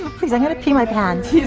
please i'm gonna pee my pants.